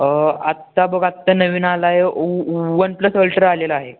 आत्ता बघा आत्ता नवीन आला आहे ओ वन प्लस आलेला आहे